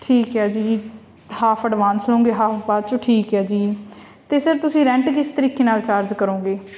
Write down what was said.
ਠੀਕ ਹੈ ਜੀ ਹਾਫ ਐਡਵਾਂਸ ਹੋਊਂਗੇ ਹਾਫ ਬਾਅਦ 'ਚੋਂ ਠੀਕ ਹੈ ਜੀ ਅਤੇ ਸਰ ਤੁਸੀਂ ਰੈਂਟ ਕਿਸ ਤਰੀਕੇ ਨਾਲ ਚਾਰਜ ਕਰੋਂਗੇ